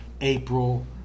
April